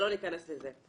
אבל לא ניכנס לזה.